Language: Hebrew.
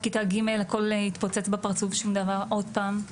בכיתה ג' הכול 'התפוצץ בפרצוף' שום דבר עוד פעם,